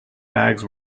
bags